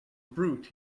brute